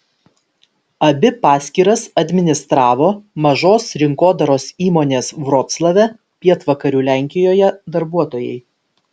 abi paskyras administravo mažos rinkodaros įmonės vroclave pietvakarių lenkijoje darbuotojai